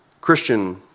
Christian